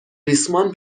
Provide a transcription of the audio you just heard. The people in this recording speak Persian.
ریسمان